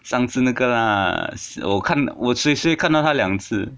上次那个啦我看我 sway sway 看到他两次